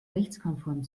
rechtskonform